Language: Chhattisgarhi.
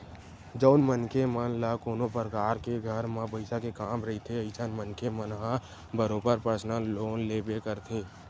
जउन मनखे मन ल कोनो परकार के घर म पइसा के काम रहिथे अइसन मनखे मन ह बरोबर परसनल लोन लेबे करथे